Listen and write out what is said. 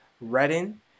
Redden